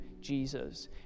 Jesus